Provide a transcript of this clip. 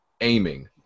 aiming